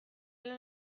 lan